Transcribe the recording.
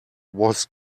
was